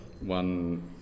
One